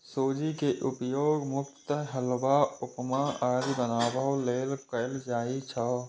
सूजी के उपयोग मुख्यतः हलवा, उपमा आदि बनाबै लेल कैल जाइ छै